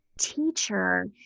teacher